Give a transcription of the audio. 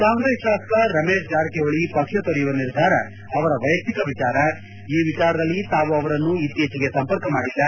ಕಾಂಗ್ರೆಸ್ ಶಾಸಕ ರಮೇಶ್ ಜಾರಕಿಹೊಳಿ ಪಕ್ಷ ತೊರೆಯುವ ನಿರ್ಧಾರ ಅವರ ವೈಯಕ್ತಿಕ ವಿಚಾರ ಈ ವಿಚಾರದಲ್ಲಿ ತಾವು ಅವರನ್ನು ಇಕ್ತೀಚೆಗೆ ಸಂಪರ್ಕ ಮಾಡಿಲ್ಲ